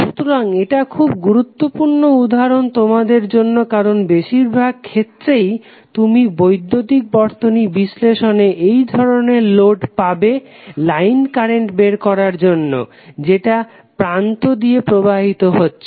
সুতরাং এটা খুব গুরুত্বপূর্ণ উদাহরণ তোমাদের জন্য কারণ বেশিরভাগ ক্ষেত্রেই তুমি বৈদ্যুতিক বর্তিনী বিশ্লেষণে এই ধরনের লোড পাবে লাইন কারেন্ট বের করার জন্য যেটা প্রান্ত দিয়ে প্রবাহিত হচ্ছে